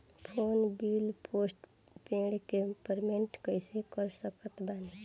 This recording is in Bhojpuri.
फोन बिल पोस्टपेड के पेमेंट कैसे कर सकत बानी?